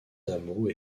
hameaux